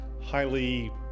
highly